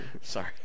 Sorry